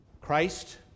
Christ